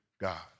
God